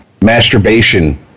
masturbation